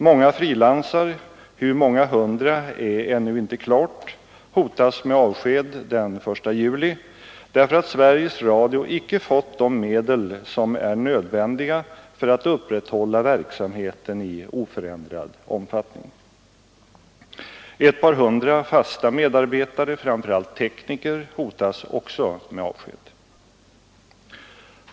Många frilansar — hur många hundra är ännu inte klart — hotas med avsked den 1 juli därför att Sveriges Radio icke fått de medel som är nödvändiga för att upprätthålla verksamheten i oförändrad omfattning. Ett par hundra fasta medarbetare, framför allt tekniker, hotas också med avsked.